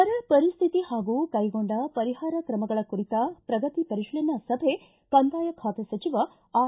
ಬರ ಪರಿಸ್ವಿತಿ ಹಾಗೂ ಕೈಗೊಂಡ ಪರಿಹಾರ ಕಾರ್ಯಕ್ರಮಗಳ ಕುರಿತ ಪ್ರಗತಿ ಪರಿಶೀಲನಾ ಸಭೆ ಕಂದಾಯ ಖಾತೆ ಸಚಿವ ಆರ್